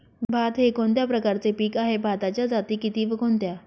भात हे कोणत्या प्रकारचे पीक आहे? भाताच्या जाती किती व कोणत्या?